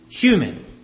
human